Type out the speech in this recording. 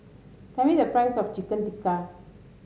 tell me the price of Chicken Tikka